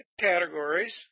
categories